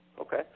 Okay